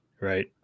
Right